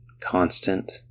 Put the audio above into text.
constant